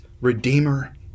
Redeemer